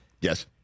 Yes